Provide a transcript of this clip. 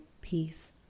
peace